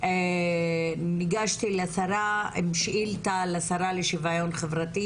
ניגשתי לשרה לשוויון חברתי,